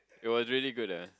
it was really good ah